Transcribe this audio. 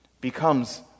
becomes